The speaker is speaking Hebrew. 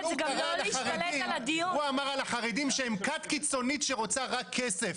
הוא אמר על החרדים שהם כת קיצונית שרוצה רק כסף.